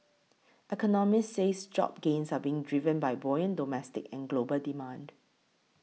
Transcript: economists say job gains are being driven by buoyant domestic and global demand